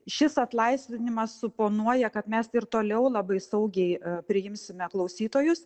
šis atlaisvinimas suponuoja kad mes ir toliau labai saugiai priimsime klausytojus